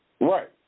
Right